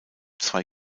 zwei